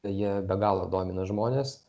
jie be galo domina žmones